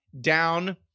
down